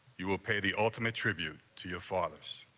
you will pay the ultimate tribute to your father